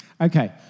Okay